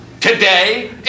today